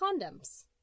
Condoms